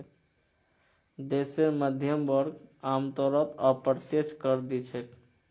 देशेर मध्यम वर्ग आमतौरत अप्रत्यक्ष कर दि छेक